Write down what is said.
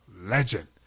legend